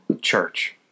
church